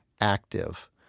active